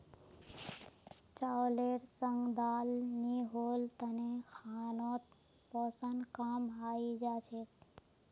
चावलेर संग दाल नी होल तने खानोत पोषण कम हई जा छेक